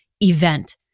event